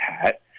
hat